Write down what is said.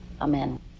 Amen